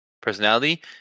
personality